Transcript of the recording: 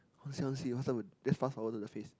I want see I want see what's that just fast forward to the face